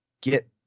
Get